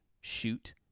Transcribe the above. shoot